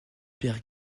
pierre